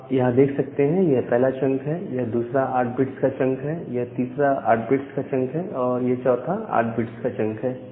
आप यहां देख सकते हैं यह पहला चंक है यह दूसरा 8 बिट्स का चंक है यह तीसरा 8 बिट्स का चंक है और यह चौथा 8 बिट्स का चंक है